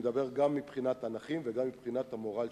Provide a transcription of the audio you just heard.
אני מדבר גם מבחינת הנכים וגם מבחינת המורל